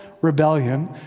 rebellion